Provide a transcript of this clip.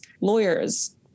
lawyers